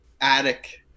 attic